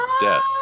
death